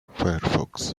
firefox